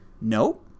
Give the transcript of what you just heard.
Nope